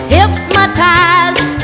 Hypnotized